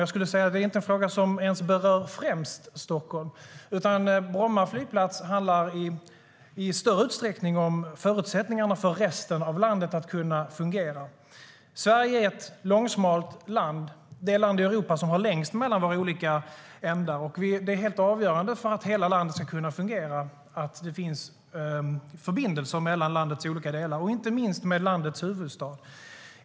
Jag skulle säga att det är en fråga som inte ens främst berör Stockholm. Bromma flygplats handlar i större utsträckning om förutsättningarna för resten av landet att fungera. Sverige är ett långsmalt land, det land i Europa som har längst mellan våra olika ändar. Det är helt avgörande för att hela landet ska kunna fungera att det finns förbindelser mellan landets olika delar och inte minst med landets huvudstad.